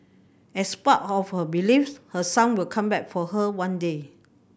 as part of her believes her son will come back for her one day